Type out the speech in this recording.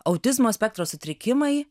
autizmo spektro sutrikimai